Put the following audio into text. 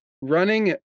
running